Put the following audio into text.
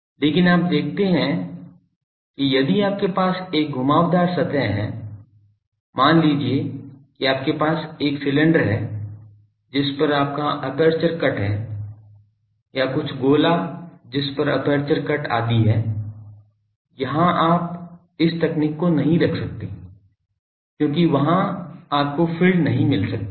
लेकिन आप देखते हैं कि यदि आपके पास एक घुमावदार सतह है मान लीजिए कि आपके पास एक सिलेंडर है जिस पर आपका एपर्चर कट है या कुछ गोला जिस पर एपर्चर कट आदि है वहाँ आप इस तकनीक को नहीं रख सकते क्योंकि वहाँ आपको फ़ील्ड नहीं मिल सकती है